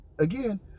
again